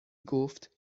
گفتبه